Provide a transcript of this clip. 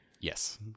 yes